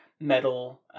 metal